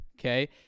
Okay